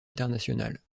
internationale